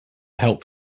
help